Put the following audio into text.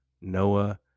Noah